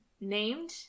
named